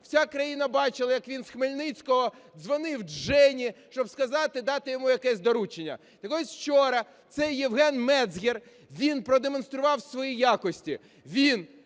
Вся країна бачила, як він з Хмельницького дзвонив Жені, щоб сказати і дати йому якесь доручення. І ось вчора цей Євген Мецгер, він продемонстрував свої якості: він